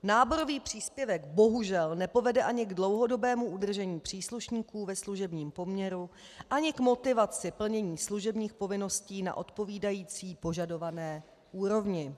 Náborový příspěvek bohužel nepovede ani k dlouhodobému udržení příslušníků ve služebním poměru, ani k motivaci plnění služebních povinností na odpovídající požadované úrovni.